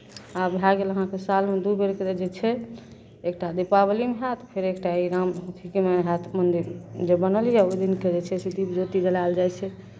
आब भए गेल अहाँके सालमे दू बेरके जे छै एकटा दीपावलीमे हएत फेर एकटा एहि रामके अथिमे हएत मन्दिर जे बनल यए ओहि दिनके जे छै से दीप ज्योति जलायल जाइ छै